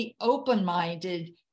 open-minded